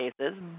cases